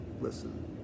Listen